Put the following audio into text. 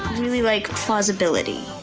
really like plausibility.